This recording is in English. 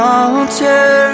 altar